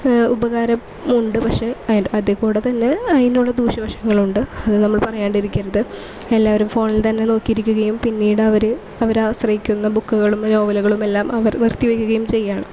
ഉപകാരമുണ്ട് പക്ഷെ അതിന് അതേ കൂടെ തന്നെ അതിൻ്റെ ദൂശ്യ വശങ്ങളുണ്ട് അത് നമ്മൾ പറയാതിരിക്കരുത് എല്ലാവരും ഫോണിൽ തന്നെ നോക്കിയിരിക്കുകയും പിന്നീട് അവർ അവർ ആശ്രയിക്കുന്ന ബുക്കുകളും നോവലുകളുമെല്ലാം അവർ നിർത്തി വയ്ക്കുകയും ചെയ്യുകയാണ്